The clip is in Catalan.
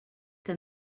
que